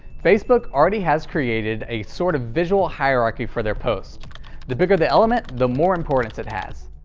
facebook already has created a sort of visual hierarchy for their posts the bigger the element, the more importance it has.